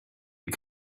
you